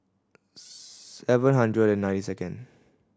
seven hundred and ninety second